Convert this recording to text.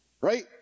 right